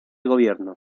gobierno